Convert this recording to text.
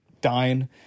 dying